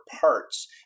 parts